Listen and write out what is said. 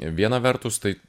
viena vertus tai